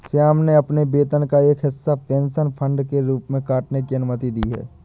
श्याम ने अपने वेतन का एक हिस्सा पेंशन फंड के रूप में काटने की अनुमति दी है